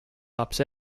laps